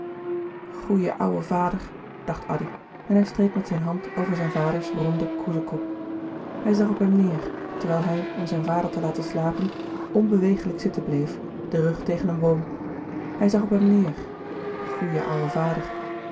goeie ouwe vader dacht addy en hij streek met zijn hand over zijn vaders ronden kroezekop hij zag op hem neêr terwijl hij om zijn vader te laten slapen onbewegelijk zitten louis couperus de boeken der kleine zielen bleef den rug tegen een boom hij zag op hem neêr goeie ouwe vader